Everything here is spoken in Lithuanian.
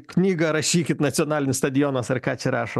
knygą rašykit nacionalinis stadionas ar ką čia rašo